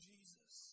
Jesus